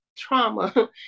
trauma